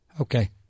Okay